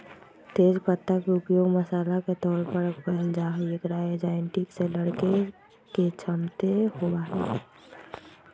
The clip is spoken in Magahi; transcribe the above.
तेज पत्ता के उपयोग मसाला के तौर पर कइल जाहई, एकरा एंजायटी से लडड़े के क्षमता होबा हई